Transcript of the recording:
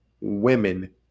Women